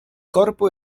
corpo